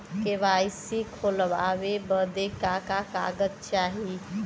KYC खोलवावे बदे का का कागज चाही?